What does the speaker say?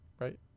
right